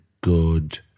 good